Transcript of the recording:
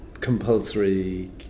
compulsory